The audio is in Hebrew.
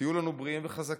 תהיו לנו בריאים וחזקים.